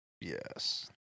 Yes